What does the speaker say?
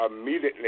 immediately